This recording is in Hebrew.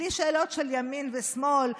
בלי שאלות של ימין ושמאל,